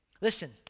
Listen